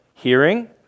Hearing